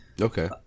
Okay